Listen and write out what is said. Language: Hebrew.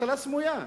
אבטלה סמויה.